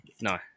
No